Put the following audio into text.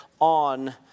on